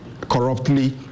corruptly